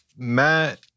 Matt